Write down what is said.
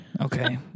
Okay